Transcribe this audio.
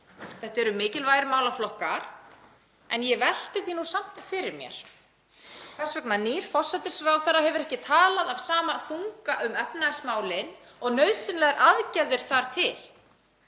Þetta eru mikilvægir málaflokkar en ég velti því nú samt fyrir mér hvers vegna nýr forsætisráðherra hefur ekki talað af sama þunga um efnahagsmálin og nauðsynlegar aðgerðir sem